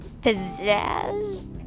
Pizzazz